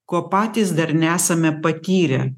ko patys dar nesame patyrę